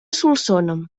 solsona